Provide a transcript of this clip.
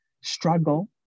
struggle